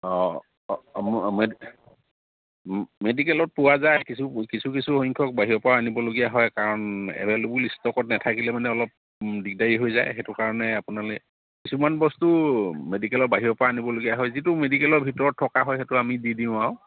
অঁ মেডিকেলত পোৱা যায় কিছু কিছু কিছুসংখ্যক বাহিৰৰ পৰা আনিবলগীয়া হয় কাৰণ এভেইলেবল ষ্টকত নাথাকিলে মানে অলপ দিগদাৰী হৈ যায় সেইটো কাৰণে আপোনালৈ কিছুমান বস্তু মেডিকেলৰ বাহিৰৰ পৰা আনিবলগীয়া হয় যিটো মেডিকেলৰ ভিতৰত থকা হয় সেইটো আমি দি দিওঁ আৰু